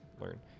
learn